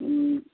हूँ